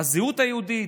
הזהות היהודית,